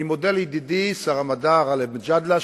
אני מודה לידידי שר המדע גאלב מג'אדלה,